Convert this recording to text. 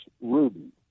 Rubin